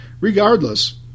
Regardless